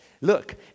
Look